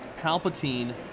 Palpatine